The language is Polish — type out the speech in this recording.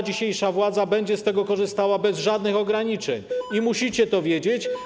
Dzisiejsza władza będzie z tego korzystała bez żadnych ograniczeń, musicie to wiedzieć.